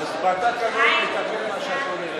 ועדה כזאת תתכנן מה שאתה אומרת.